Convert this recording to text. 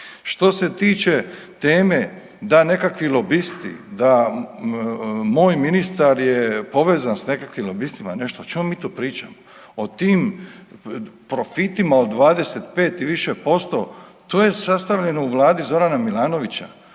Što se tiče teme da nekakvi lobisti, da moj ministar je povezan s nekakvim lobistima, nešto, o čemu mi tu pričamo? O tim profitima od 25 i više posto, to je sastavljeno u Vladi Zorana Milanovića